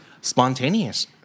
Spontaneous